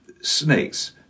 snakes